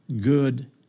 good